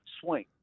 Swing